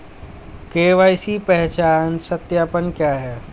KYC पहचान सत्यापन क्या है?